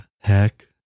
Heck